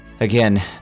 Again